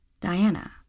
Diana